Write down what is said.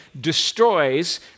destroys